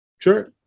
Sure